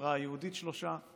בחברה היהודית שלושה.